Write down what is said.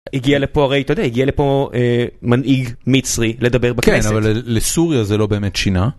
הגיע לפה הרי אתה יודע, הגיע לפה מנהיג מצרי לדבר בכנסת. כן, אבל לסוריה זה לא באמת שינה.